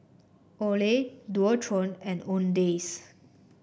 Olay Dualtron and Owndays